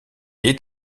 est